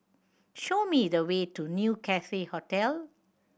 show me the way to New Cathay Hotel